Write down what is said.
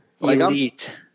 Elite